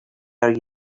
are